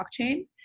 blockchain